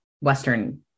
Western